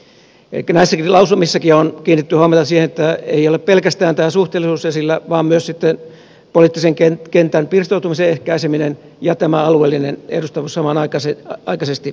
elikkä näissä lausumissakin on kiinnitetty huomiota siihen että ei ole pelkästään suhteellisuus esillä vaan myös poliittisen kentän pirstoutumisen ehkäiseminen ja alueellinen edustavuus samanaikaisesti tavoitteina